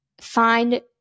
find